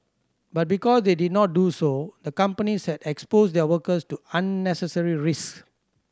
but because they did not do so the companies had exposed their workers to unnecessary risk